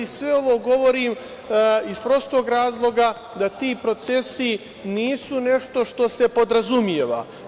Sve ovo govorim, iz prostog razloga, da ti procesi nisu nešto što se podrazumeva.